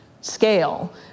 scale